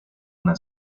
una